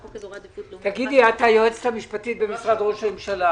את היועצת המשפטית במשרד ראש הממשלה.